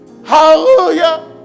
Hallelujah